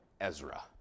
Ezra